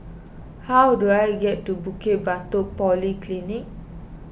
how do I get to Bukit Batok Polyclinic